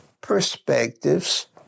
perspectives